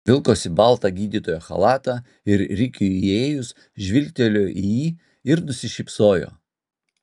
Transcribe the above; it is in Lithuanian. vilkosi baltą gydytojo chalatą ir rikiui įėjus žvilgtelėjo į jį ir nusišypsojo